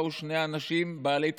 באו שני אנשים בעלי תפקידים,